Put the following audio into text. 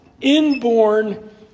inborn